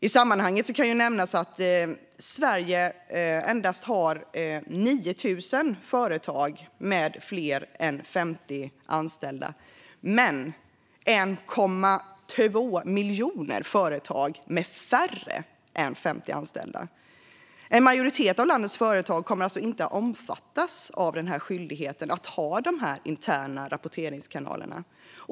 I sammanhanget kan nämnas att Sverige endast har 9 000 företag med fler än 50 anställda men 1,2 miljoner företag med färre än 50 anställda. En majoritet av landets företag kommer alltså inte att omfattas av skyldigheten att ha interna rapporteringskanaler.